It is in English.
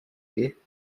you